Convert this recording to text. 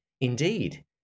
Indeed